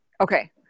Okay